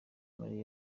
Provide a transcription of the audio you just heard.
muri